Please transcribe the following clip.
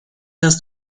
است